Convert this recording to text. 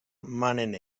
manen